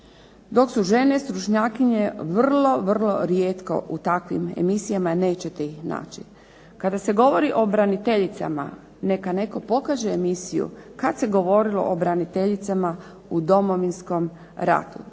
dok su žene stručnjakinje vrlo, vrlo rijetko u takvim emisijama, nećete ih naći. Kada se govori o braniteljicama, neka netko pokaže emisiju kad se govorilo o braniteljicama u Domovinskom ratu.